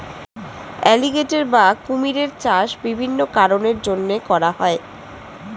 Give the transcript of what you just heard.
alligator বা কুমিরের চাষ বিভিন্ন কারণের জন্যে করা হয়